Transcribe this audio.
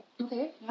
Okay